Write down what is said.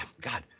God